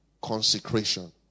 consecration